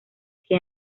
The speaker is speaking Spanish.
que